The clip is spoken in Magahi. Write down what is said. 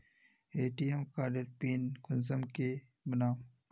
ए.टी.एम कार्डेर पिन कुंसम के बनाम?